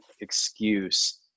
excuse